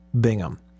Bingham